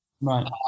Right